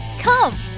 Come